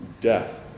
death